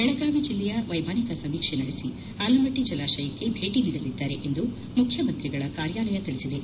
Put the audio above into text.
ಬೆಳಗಾವಿ ಜಿಲ್ಲೆಯ ವೈಮಾನಿಕ ಸಮೀಕ್ಷೆ ನಡೆಸಿ ಆಲಮಟ್ಟಿ ಜಲಾಶಯಕ್ಕೆ ಭೇಟಿ ನೀಡಲಿದ್ದಾರೆ ಎಂದು ಮುಖ್ಯಮಂತ್ರಿಗಳ ಕಾರ್ಯಾಲಯ ತಿಳಿಸಿದೆ